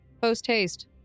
post-haste